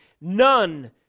None